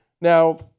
now